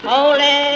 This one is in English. Holy